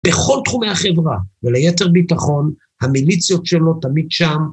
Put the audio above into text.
בכל תחומי החברה, וליתר ביטחון, המיליציות שלו תמיד שם.